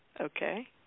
Okay